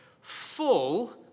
full